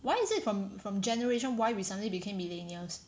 why is it from from generation Y recently became millennials